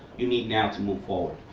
you need now to move forward.